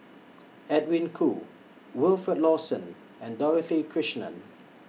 Edwin Koo Wilfed Lawson and Dorothy Krishnan